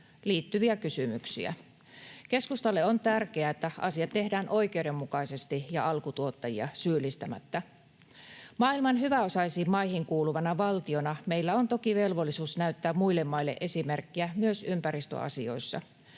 liittyviä kysymyksiä. Keskustalle on tärkeää, että asiat tehdään oikeudenmukaisesti ja alkutuottajia syyllistämättä. Maailman hyväosaisiin maihin kuuluvana valtiona meillä on toki velvollisuus näyttää muille maille esimerkkiä myös ympäristöasioissa.